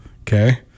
Okay